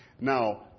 Now